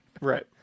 Right